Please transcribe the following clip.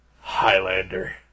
Highlander